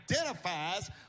identifies